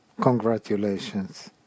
Congratulations